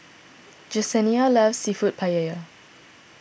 Jesenia loves Seafood Paella